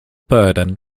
burdon